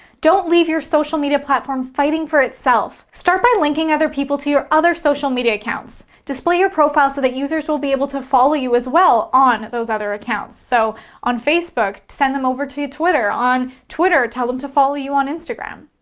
don't leave your social media platform fighting for itself. start by linking other people to your other social media accounts. display your profile so that users will be able to follow you as well on those other accounts. so on facebook, send them over to twitter. on twitter, tell them to follow you on instagram.